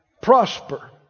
prosper